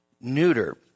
neuter